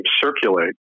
circulate